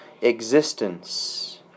existence